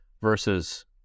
versus